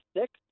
six